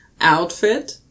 outfit